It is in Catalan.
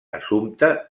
assumpte